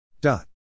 Dot